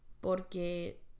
porque